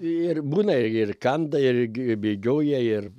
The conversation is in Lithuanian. ir būna ir kanda ir gi bėgioja ir